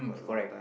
is correct